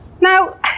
Now